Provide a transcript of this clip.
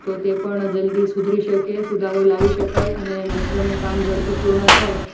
તો તે પણ જલ્દી સુધરી શકે સુધારો લાવી શકાય અને મેટ્રોનું કામ ઝડપી પૂર્ણ થાય